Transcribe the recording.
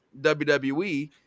WWE